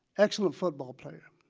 excellent football player,